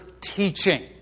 teaching